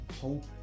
hope